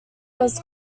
was